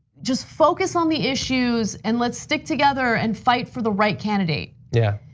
just focus on the issues, and let's stick together and fight for the right candidate. yeah,